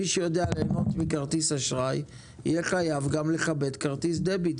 מי שיודע ליהנות מכרטיס אשראי יהיה חייב לכבד גם כרטיס דביט.